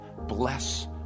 bless